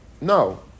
no